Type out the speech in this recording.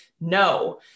no